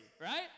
right